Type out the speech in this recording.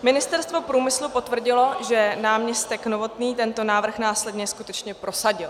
Ministerstvo průmyslu potvrdilo, že náměstek Novotný tento návrh následně skutečně prosadil.